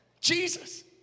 Jesus